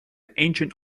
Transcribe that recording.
ancient